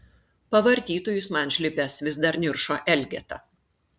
pavartytų jis man žlibes vis dar niršo elgeta